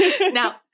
Now